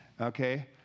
okay